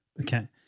Okay